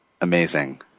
amazing